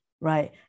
right